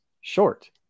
short